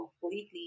completely